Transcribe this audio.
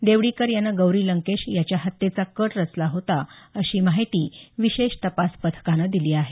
देवडीकर यानं गौरी लंकेश यांच्या हत्येचा कट रचला होता अशी माहिती विशेष तपास पथकानं दिली आहे